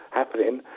happening